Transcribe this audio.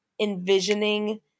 envisioning